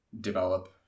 develop